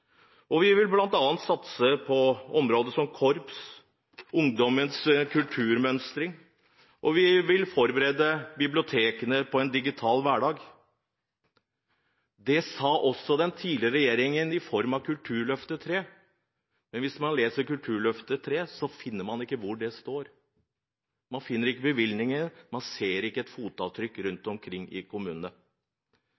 landet. Vi vil bl.a. satse på områder som korps og Ungdommens Kulturmønstring, og vi vil forberede bibliotekene på en digital hverdag. Det sa også den tidligere regjeringen, i form av Kulturløftet 3, men hvis man leser Kulturløftet 3, finner man ikke hvor det står. Man finner ikke bevilgningene, og man ser ikke fotavtrykk rundt